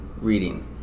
reading